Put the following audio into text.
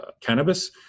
cannabis